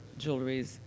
jewelries